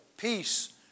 peace